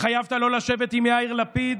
התחייבת שלא לשבת עם יאיר לפיד.